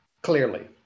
clearly